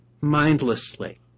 mindlessly